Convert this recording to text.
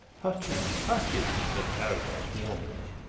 hutchins! hutchins! said carrados warningly.